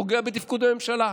פוגע בתפקוד הממשלה.